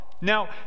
now